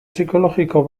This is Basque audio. psikologiko